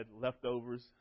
leftovers